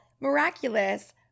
miraculous